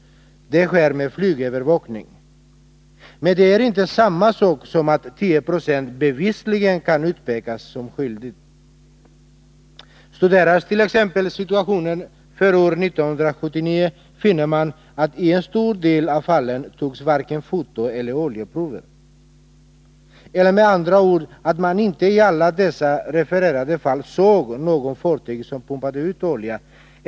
Det sker med flygövervakning. Men det är inte samma sak som att man i 10 96 av fallen bevisligen kan utpeka någon som skyldig. situationen för år 1979, finner man att det i en stor del av fallen varken togs foto eller oljeprover. Men andra ord: Man såg inte i alla dessa refererade fall något fartyg som pumpade ut olja.